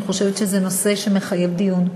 אני חושבת שזה נושא שמחייב דיון.